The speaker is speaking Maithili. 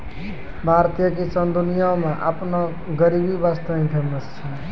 भारतीय किसान दुनिया मॅ आपनो गरीबी वास्तॅ ही फेमस छै